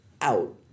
out